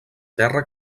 terra